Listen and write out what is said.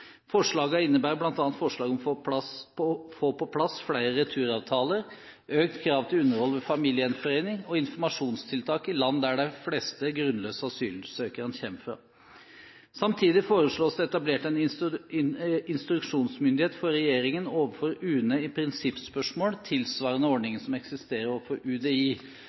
å få på plass flere returavtaler, økt krav til underhold ved familiegjenforening og informasjonstiltak i land der de fleste grunnløse asylsøkerne kommer fra. Samtidig foreslås det etablert en instruksjonsmyndighet for regjeringen overfor UNE i prinsippspørsmål, tilsvarende ordningen som eksisterer overfor UDI,